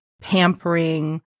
pampering